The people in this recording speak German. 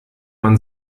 man